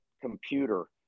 computer